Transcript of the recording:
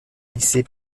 lycée